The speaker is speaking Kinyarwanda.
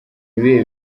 ibihe